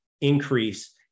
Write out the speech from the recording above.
increase